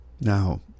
Now